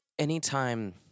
Anytime